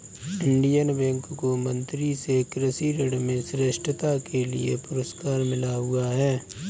Indian Bank को मंत्री से कृषि ऋण में श्रेष्ठता के लिए पुरस्कार मिला हुआ हैं